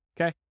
Okay